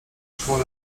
szkołę